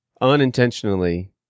unintentionally